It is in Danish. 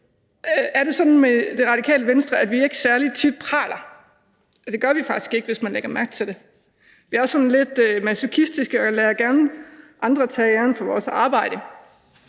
er det sådan med Det Radikale Venstre, at vi ikke særlig tit praler; det gør vi faktisk ikke, hvis man lægger mærke til det. Vi er sådan lidt masochistiske og lader gerne andre tage æren for vores arbejde.